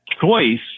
choice